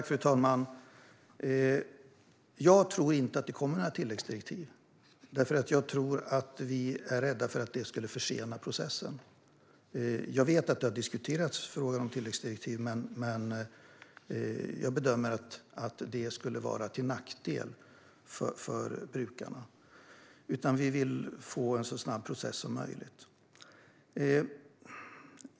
Fru talman! Jag tror inte att det kommer några tilläggsdirektiv, för vi är rädda att det ska försena processen. Jag vet att tilläggsdirektiv har diskuterats, men jag bedömer att det skulle vara till nackdel för brukarna. Vi vill ha en så snabb process som möjligt.